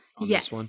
Yes